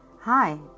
Hi